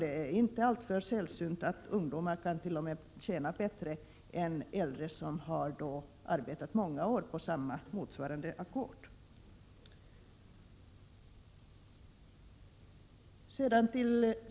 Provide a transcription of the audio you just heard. Det är inte sällsynt att ungdomar t.o.m. kan tjäna bättre än äldre som har arbetat många år i motsvarande ackordsarbete.